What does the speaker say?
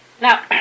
Now